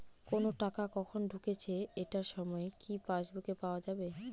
কোনো টাকা কখন ঢুকেছে এটার সময় কি পাসবুকে পাওয়া যাবে?